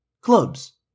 Clubs